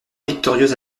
victorieuse